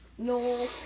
No